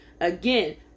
Again